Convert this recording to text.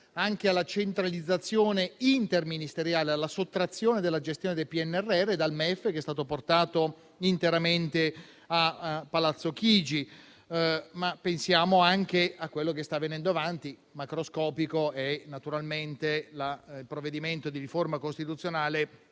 anche alla centralizzazione interministeriale, alla sottrazione al MEF della gestione del PNRR, che è stato portato interamente a Palazzo Chigi. Pensiamo anche a quello che sta venendo avanti, macroscopico: è il provvedimento di riforma costituzionale